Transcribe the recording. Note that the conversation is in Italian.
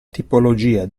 tipologia